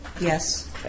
Yes